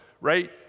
right